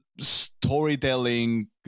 storytelling